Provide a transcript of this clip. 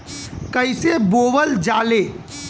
कईसे बोवल जाले?